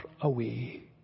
away